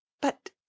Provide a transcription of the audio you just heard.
But